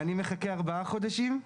אני מחכה ארבעה חודשים.